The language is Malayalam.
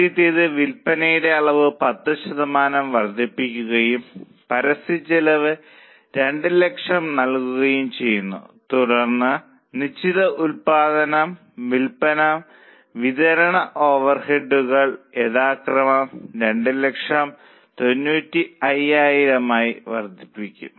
ആദ്യത്തേത് വിൽപ്പനയുടെ അളവ് 10 ശതമാനം വർദ്ധിപ്പിക്കുകയും പരസ്യച്ചെലവ് 200000 നൽകുകയും ചെയ്യും തുടർന്ന് നിശ്ചിത ഉൽപ്പാദനവും വിൽപ്പന വിതരണ ഓവർഹെഡുകളും യഥാക്രമം 200000 95000 വർദ്ധിക്കും